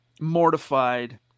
mortified –